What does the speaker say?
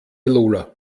lola